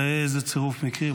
ראה איזה צירוף מקרים,